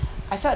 I felt